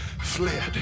fled